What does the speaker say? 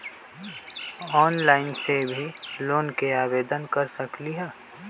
Online से भी loan के आवेदन कर सकलीहल?